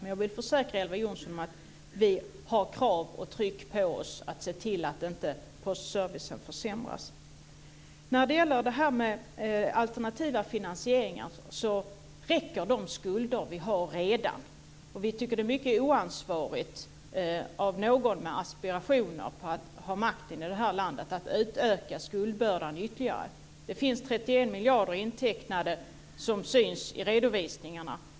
Men jag vill försäkra Elver Jonsson om att vi har krav och tryck på oss att se till att postservicen inte försämras. När det gäller detta med alternativa finansieringar räcker de skulder som vi redan har. Vi tycker att det är mycket oansvarigt av någon med aspirationer på att ha makten i det här landet att utöka skuldbördan ytterligare. Det finns 31 miljarder intecknade som syns i redovisningarna.